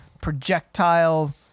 projectile